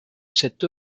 cette